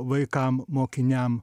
vaikam mokiniam